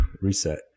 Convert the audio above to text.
reset